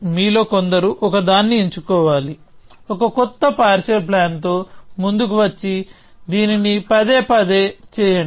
మీలో కొందరు ఒకదాన్ని ఎంచుకోవాలి ఒక కొత్త పార్షియల్ ప్లాన్ తో ముందుకు వచ్చి దీనిని పదే పదే చేయండి